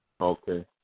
Okay